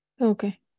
Okay